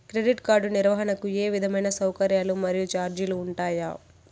Credit card నిర్వహణకు ఏ విధమైన సౌకర్యాలు మరియు చార్జీలు ఉంటాయా?